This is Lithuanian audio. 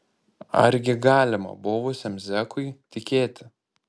argi galima buvusiam zekui tikėti